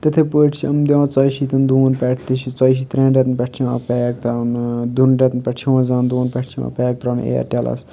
تِتھٕے پٲٹھۍ چھِ یِم دِوان ژۄیہِ شیٚتَن دۄہَن پٮ۪ٹھ تہِ چھِ ژۄیہِ شیٖتھ ترٛٮ۪ن رٮ۪تَن پٮ۪ٹھ چھِ یِوان پیک ترٛاونہٕ دۄن رٮ۪تَن پٮ۪ٹھ چھِ یِوَان پٕنژٕہَن دۄہَن پیٚٹھ چھِ یِوان پیک ترٛاونہٕ اِیَرٹیلَس